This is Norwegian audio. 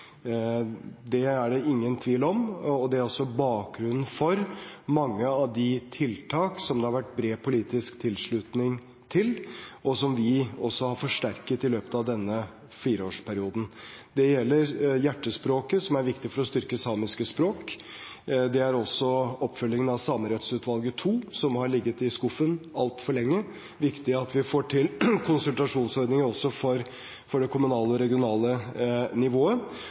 Det er det ingen tvil om, og det er også bakgrunnen for mange av de tiltakene som det har vært bred politisk tilslutning til, og som vi har forsterket i løpet av denne fireårsperioden. Det gjelder Hjertespråket, som er viktig for å styrke samiske språk, og det er også oppfølgingen av innstillingene fra Samerettsutvalget II, som har ligget i skuffen altfor lenge. Det er viktig at vi får til konsultasjonsordninger også for det kommunale og regionale nivået.